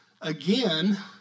again